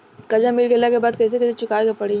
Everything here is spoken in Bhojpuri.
कर्जा मिल गईला के बाद कैसे कैसे चुकावे के पड़ी?